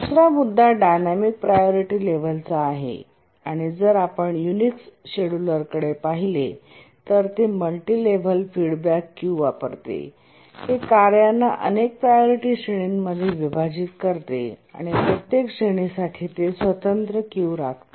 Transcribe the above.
दुसरा मुद्दा dynamic priority लेव्हलचा आहे आणि जर आपण युनिक्स शेड्युलरकडे पाहिले तर ते मल्टीलेव्हल फीडबॅक क्यू वापरते ते कार्यांना अनेक प्रायोरिटी श्रेणींमध्ये विभाजित करते आणि प्रत्येक श्रेणीसाठी ते स्वतंत्र क्यू राखते